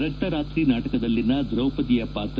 ರಕ್ತರಾತ್ರಿ ನಾಟಕದಲ್ಲಿನ ದ್ರೌಪದಿಯ ಪಾತ್ರ